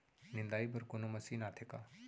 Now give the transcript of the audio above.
निंदाई बर कोनो मशीन आथे का?